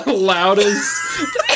Loudest